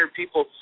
people